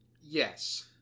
Yes